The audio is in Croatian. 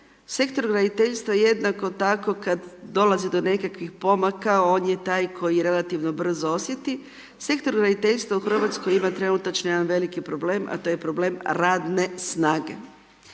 sektor graditeljstva jednako tako kad dolazi do nekakvih pomaka, on je taj koji relativno brzo osjeti, sektor graditeljstva u Hrvatskoj ima trenutačno jedan veliki problem, a to je problem radne snage.